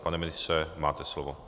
Pane ministře, máte slovo.